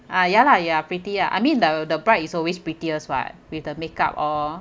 ah ya lah ya pretty ah I mean the the bride is always prettiest [what] with the makeup all